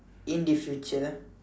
in the future